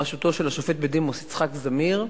בראשותו של השופט בדימוס יצחק זמיר,